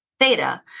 theta